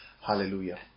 Hallelujah